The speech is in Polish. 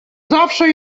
zawsze